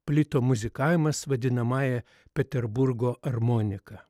plito muzikavimas vadinamąja peterburgo armonika